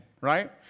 right